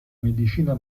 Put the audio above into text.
medicina